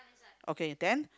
okay then